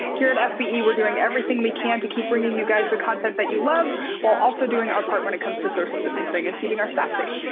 here at fbe, we're doing everything we can to keep bringing you guys the content that you love while also doing our part when it comes to social distancing and keeping our staff safe.